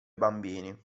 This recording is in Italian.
bambini